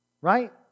right